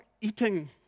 eating